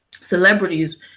celebrities